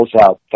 out